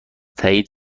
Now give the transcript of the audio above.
تأیید